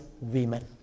women